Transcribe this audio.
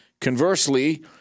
Conversely